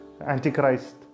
Antichrist